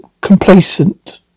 complacent